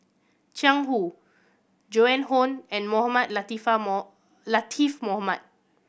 Jiang Hu Joan Hon and Mohamed Latiff Latiff Mohamed